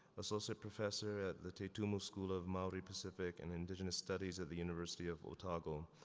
associate professor at the te tumu school of maori pacific and indigenous studies at the university of otago.